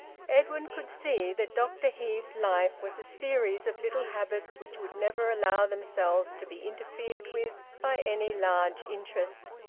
edwin could see that dr heve's life was a series of little habits which would never allow themselves to be interfered with by any large interest,